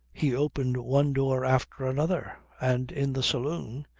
he opened one door after another and, in the saloon,